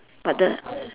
but the